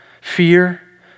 fear